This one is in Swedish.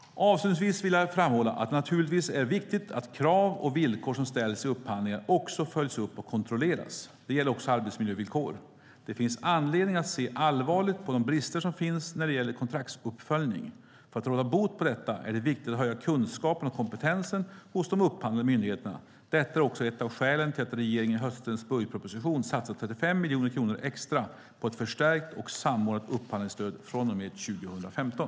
Avslutningsvis vill jag framhålla att det naturligtvis är viktigt att krav och villkor som ställs i upphandlingar också följs upp och kontrolleras. Det gäller också arbetsmiljövillkor. Det finns anledning att se allvarligt på de brister som finns när det gäller kontraktsuppföljning. För att råda bot på detta är det viktigt att höja kunskapen och kompetensen hos de upphandlande myndigheterna. Detta är också ett av skälen till att regeringen i höstens budgetproposition satsat 35 miljoner kronor extra på ett förstärkt och samordnat upphandlingsstöd från och med 2015.